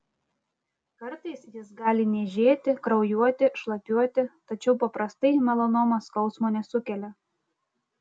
kartais jis gali niežėti kraujuoti šlapiuoti tačiau paprastai melanoma skausmo nesukelia